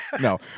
No